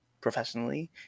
professionally